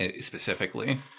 specifically